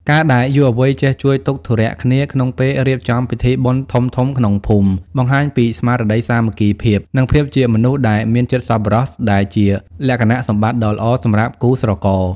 ការដែលយុវវ័យចេះជួយទុក្ខធុរៈគ្នា ក្នុងពេលរៀបចំពិធីបុណ្យធំៗក្នុងភូមិ បង្ហាញពីស្មារតីសាមគ្គីភាព និងភាពជាមនុស្សដែលមានចិត្តសប្បុរស ដែលជាលក្ខណៈសម្បត្តិដ៏ល្អសម្រាប់គូស្រករ។